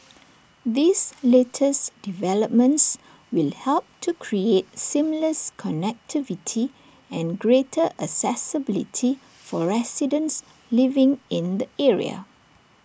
these latest developments will help to create seamless connectivity and greater accessibility for residents living in the area